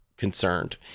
concerned